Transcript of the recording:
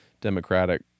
Democratic